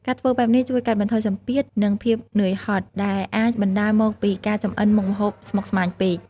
ការធ្វើបែបនេះជួយកាត់បន្ថយសម្ពាធ និងភាពនឿយហត់ ដែលអាចបណ្ដាលមកពីការចម្អិនមុខម្ហូបស្មុគស្មាញពេក ។